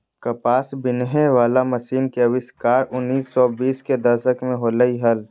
कपास बिनहे वला मशीन के आविष्कार उन्नीस सौ बीस के दशक में होलय हल